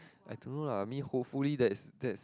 I don't know lah I mean hopefully that's that's